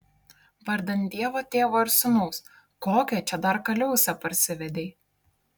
vardan dievo tėvo ir sūnaus kokią čia dar kaliausę parsivedei